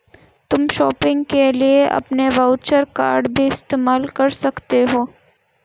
तुम शॉपिंग के लिए अपने वर्चुअल कॉर्ड भी इस्तेमाल कर सकते हो